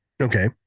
Okay